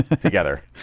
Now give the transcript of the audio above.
together